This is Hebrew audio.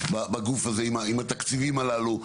בגוף הזה עם התקציבים הללו,